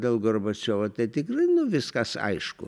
dėl gorbačiovo tai tikrai nu viskas aišku